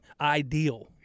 ideal